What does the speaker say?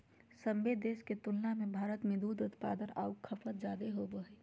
सभे देश के तुलना में भारत में दूध उत्पादन आऊ खपत जादे होबो हइ